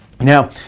now